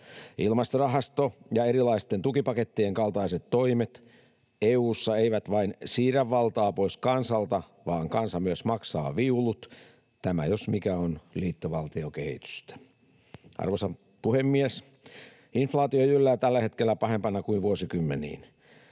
Ilmastorahasto ja erilaisten tukipakettien kaltaiset toimet EU:ssa eivät vain siirrä valtaa pois kansalta, vaan kansa myös maksaa viulut. Tämä jos mikä on liittovaltiokehitystä. Arvoisa puhemies! Inflaatio jyllää tällä hetkellä pahempana kuin vuosikymmeniin.